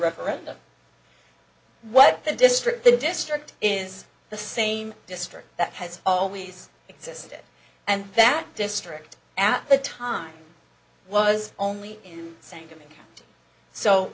referendum what the district the district is the same district that has always existed and that district at the time was only in s